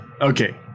Okay